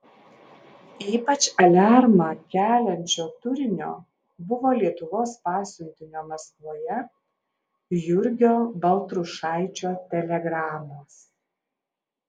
ypač aliarmą keliančio turinio buvo lietuvos pasiuntinio maskvoje jurgio baltrušaičio telegramos